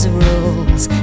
rules